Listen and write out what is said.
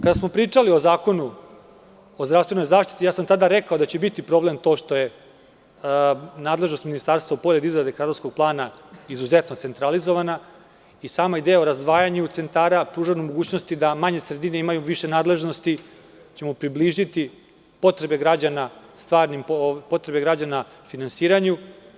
Kada smo pričali o Zakonu o zdravstvenoj zaštiti, tada sam rekao da će biti problem to što je nadležnost ministarstva pored izrade kadrovskog plana izuzetno centralizovana i sama ideja o razdvajanju centara pruža mogućnosti da manje sredine imaju više nadležnosti i da ćemo približiti potrebe građana finansiranju.